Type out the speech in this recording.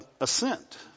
assent